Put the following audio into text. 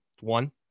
One